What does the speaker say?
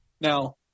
Now